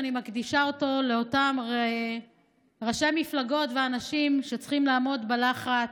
ואני מקדישה אותו לאותם ראשי מפלגות ואנשים שצריכים לעמוד בלחץ,